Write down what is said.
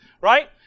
right